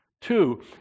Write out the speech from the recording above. Two